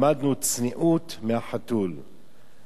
למדנו צניעות מהחתול.